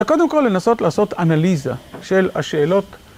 קודם כל לנסות לעשות אנליזה של השאלות